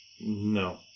No